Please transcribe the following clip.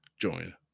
join